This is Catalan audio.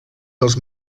dels